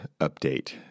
update